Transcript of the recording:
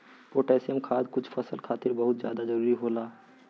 potassium खाद कुछ फसल खातिर बहुत जादा जरूरी होला